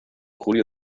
julio